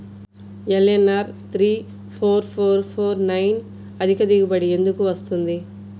LNR three four four four nine అధిక దిగుబడి ఎందుకు వస్తుంది?